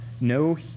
no